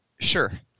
Sure